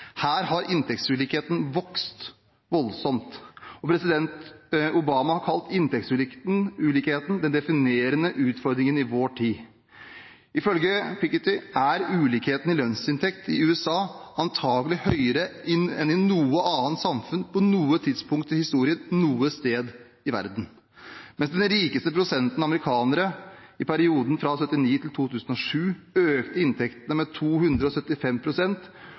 Her har inntektsulikheten vokst voldsomt, og president Obama har kalt inntektsulikheten den definerende utfordringen i vår tid. Ifølge Piketty er ulikhetene i lønnsinntekt i USA antakelig høyere enn i noe annet samfunn på noe tidspunkt i historien noe sted i verden. Mens den rikeste prosenten amerikanere i perioden fra 1979 til 2007 økte inntektene med